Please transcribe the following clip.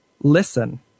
listen